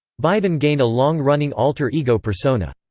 biden gained a long-running alter ego persona,